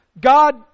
God